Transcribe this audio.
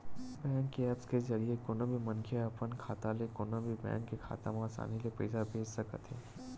bank के apps के जरिए कोनो भी मनखे ह अपन खाता ले कोनो भी बेंक के खाता म असानी ले पइसा भेज सकत हे